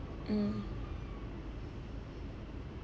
mm